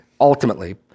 ultimately